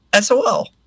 SOL